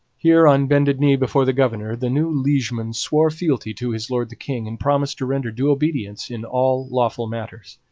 here, on bended knee before the governor, the new liegeman swore fealty to his lord the king and promised to render due obedience in all lawful matters.